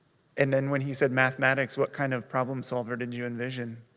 and then when he said mathematics, what kind of problem solver did you envision?